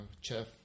Chef